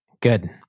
good